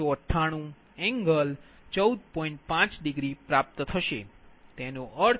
5 મળશે તેનો અર્થ એ કે 114